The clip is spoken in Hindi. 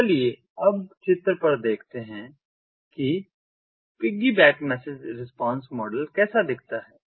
तो चलिए अब चित्र पर देखते हैं कि पिग्गीबैक मैसेज रिस्पॉन्स मॉडल कैसा दिखता है